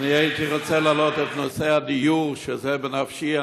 אני רוצה להעלות את נושא הדיור, שזה בנפשי.